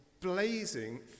blazing